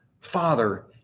Father